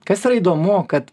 kas yra įdomu kad